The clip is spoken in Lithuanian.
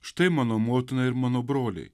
štai mano motina ir mano broliai